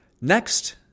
Next